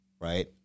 right